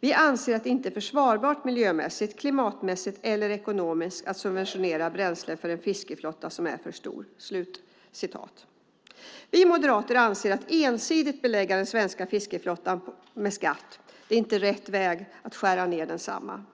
Vi anser att det inte är försvarbart miljömässigt, klimatmässigt eller ekonomiskt att subventionera bränslen till en fiskeflotta som är för stor." Vi moderater anser att det inte är rätt väg att ensidigt belägga den svenska fiskeflottan med skatt; det är inte rätt väg att skära ned densamma.